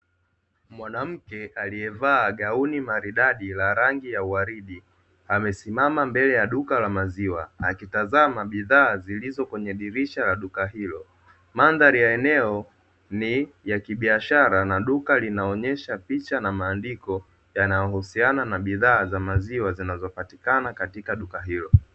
Mwanamke aliyevaa gauni maridadi la rangi ya uwaridi, amesimama mbele ya duka la maziwa, akitazama bidhaa zilizo kwenye dirisha la duka hilo. Mandhari ya eneo ni ya kibiashara, na duka linaonyesha picha na maandiko, yanayohusiana na bidhaa za maziwa zinazopatikana katika duka hilo.